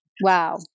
Wow